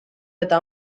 eta